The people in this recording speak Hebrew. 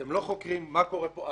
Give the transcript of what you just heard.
אתם לא חוקרים מה קורה פה.